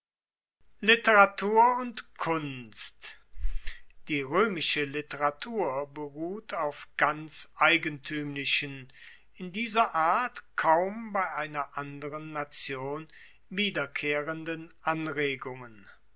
literatur und kunst die roemische literatur beruht auf ganz eigentuemlichen in dieser art kaum bei einer anderen nation wiederkehrenden anregungen